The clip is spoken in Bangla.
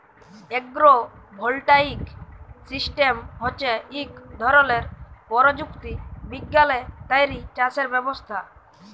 এগ্রো ভোল্টাইক সিস্টেম হছে ইক ধরলের পরযুক্তি বিজ্ঞালে তৈরি চাষের ব্যবস্থা